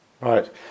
Right